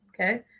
Okay